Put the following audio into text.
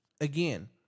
Again